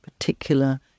particular